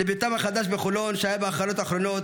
לביתם החדש בחולון, שהיה בהכנות אחרונות,